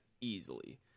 easily